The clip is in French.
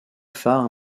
phares